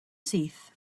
syth